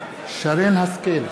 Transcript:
שרן השכל,